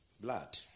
blood